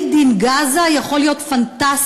made in Gaza יכול להיות פנטסטי.